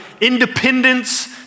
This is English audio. independence